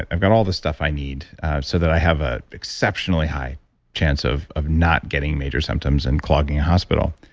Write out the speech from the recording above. i've got all this stuff i need so that i have an exceptionally high chance of of not getting major symptoms and clogging a hospital.